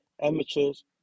amateurs